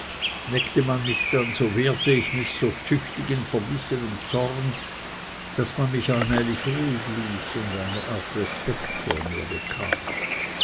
neckte man mich so wehrte ich mich so tüchtig in verbissenem zorn daß man mich allmählich ruhig ließ und eine art respekt vor mir bekam